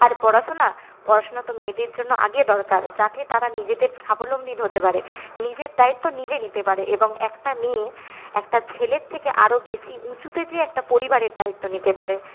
আর পড়াশুনা পড়াশুনা তো মেয়েদের জন্য আগে দরকার যাতে তারা নিজেদের স্বাবলম্বী হতে পারে নিজের দায়িত্ব নিজে নিতে পারে এবং একটা মেয়ে একটা ছেলের থেকে আরো বেশি উঁচুতে যেয়ে একটা পরিবারের দায়িত্ব নিতে পারে